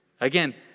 Again